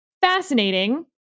fascinating